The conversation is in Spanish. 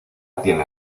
tiene